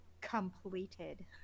completed